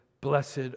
blessed